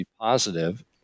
positive